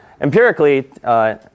empirically